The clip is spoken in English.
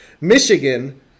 Michigan